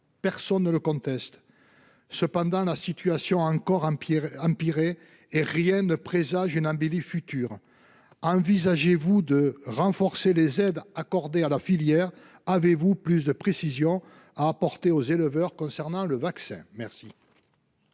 Personne ne le conteste. Toutefois, la situation a encore empiré et rien ne présage une embellie. Envisagez-vous de renforcer les aides accordées à la filière ? Avez-vous des précisions à apporter aux éleveurs concernant le vaccin ?